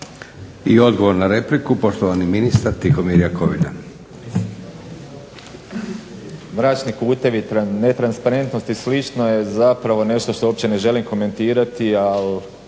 I odgovor na repliku poštovani ministar Tihomir Jakovina.